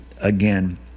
again